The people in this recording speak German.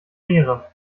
ehre